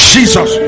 Jesus